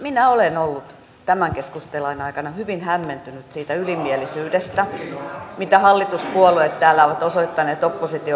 minä olen ollut tämän keskustelun aikana hyvin hämmentynyt siitä ylimielisyydestä mitä hallituspuolueet täällä ovat osoittaneet opposition vaihtoehtoa kohtaan